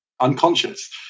unconscious